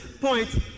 point